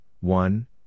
one